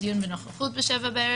דיון בנוכחות ב-19:00,